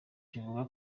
kivuga